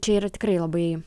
čia yra tikrai labai